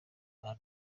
nyuma